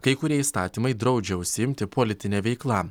kai kurie įstatymai draudžia užsiimti politine veikla